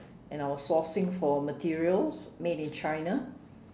and I was sourcing for materials made in China